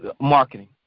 Marketing